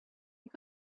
you